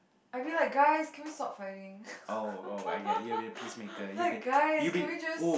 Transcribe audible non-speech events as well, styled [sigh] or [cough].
I mean like guys can we stop fighting [laughs] like guys can we just